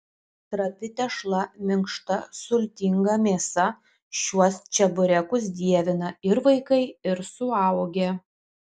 trapi tešla minkšta sultinga mėsa šiuos čeburekus dievina ir vaikai ir suaugę